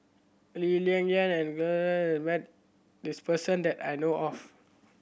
Lee Ling Yen and met this person that I know of